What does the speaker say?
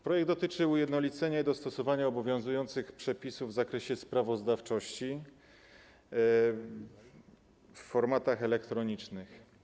Projekt dotyczy ujednolicenia i dostosowania obowiązujących przepisów w zakresie sprawozdawczości w formatach elektronicznych.